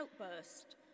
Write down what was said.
outburst